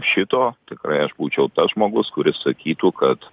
šito tikrai aš būčiau tas žmogus kuris sakytų kad